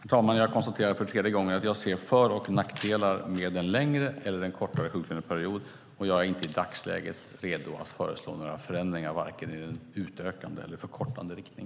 Herr talman! Jag konstaterar för tredje gången att jag ser för och nackdelar med en längre eller en kortare sjuklöneperiod och att jag i dagsläget inte är reda att föreslå några förändringar vare sig i utökande eller förkortande riktning.